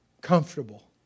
comfortable